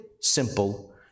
simple